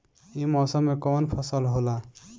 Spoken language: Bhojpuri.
ई मौसम में कवन फसल होला?